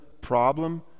problem